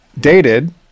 dated